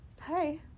Hi